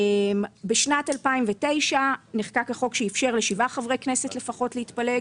בשנת 2009 נחקק החוק שאפשר לשבעה חברי כנסת לפחות להתפלג.